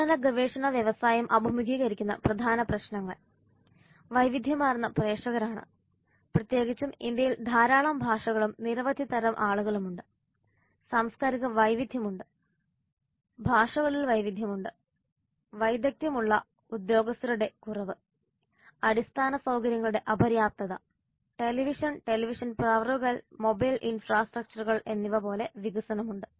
വിപണന ഗവേഷണ വ്യവസായം അഭിമുഖീകരിക്കുന്ന പ്രധാന പ്രശ്നങ്ങൾ വൈവിധ്യമാർന്ന പ്രേക്ഷകരാണ് പ്രത്യേകിച്ചും ഇന്ത്യയിൽ ധാരാളം ഭാഷകളും നിരവധി തരം ആളുകളും ഉണ്ട് സാംസ്കാരിക വൈവിധ്യം ഉണ്ട് ഭാഷകളിൽ വൈവിധ്യമുണ്ട് വൈദഗ്ധ്യമുള്ള ഉദ്യോഗസ്ഥരുടെ കുറവ് അടിസ്ഥാന സൌകര്യങ്ങളുടെ അപര്യാപ്തത ടെലിവിഷൻ ടെലിവിഷൻ പ്രവറുകൾ മൊബൈൽ ഇൻഫ്രാസ്ട്രക്ചറുകൾ എന്നിവ പോലെ വികസനം ഉണ്ട്